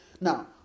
Now